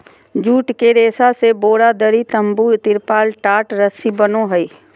जुट के रेशा से बोरा, दरी, तम्बू, तिरपाल, टाट, रस्सी बनो हइ